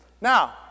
Now